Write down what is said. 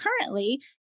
Currently